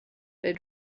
they